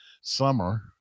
summer